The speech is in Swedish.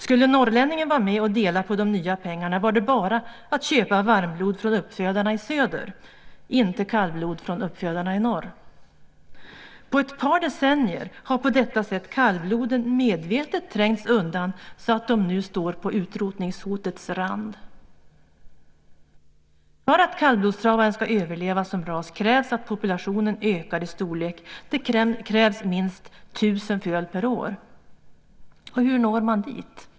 Skulle norrlänningen vara med och dela på de nya pengarna var det bara att köpa varmblod från uppfödarna i söder, inte kallblod från uppfödarna i norr. På ett par decennier har på detta sätt kallbloden medvetet trängts undan så att de nu står på utrotningshotets rand. För att kallblodstravaren ska överleva som ras krävs att populationen ökar i storlek. Det krävs minst 1 000 föl per år. Hur når man dit?